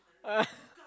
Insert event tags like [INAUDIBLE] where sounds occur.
[LAUGHS]